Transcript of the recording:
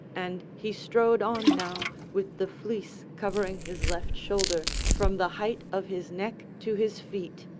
and he strode on now with the fleece covering his left shoulder from the height of his neck to his feet,